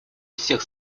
всех